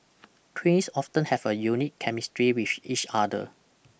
twins often have a unique chemistry with each other